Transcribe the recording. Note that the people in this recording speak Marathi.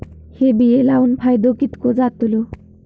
हे बिये लाऊन फायदो कितको जातलो?